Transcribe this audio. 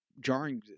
jarring